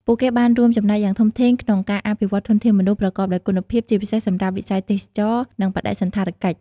ពួកគេបានរួមចំណែកយ៉ាងធំធេងក្នុងការអភិវឌ្ឍធនធានមនុស្សប្រកបដោយគុណភាព ជាពិសេសសម្រាប់វិស័យទេសចរណ៍ និងបដិសណ្ឋារកិច្ច។